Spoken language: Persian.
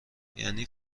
یعنی